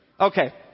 Okay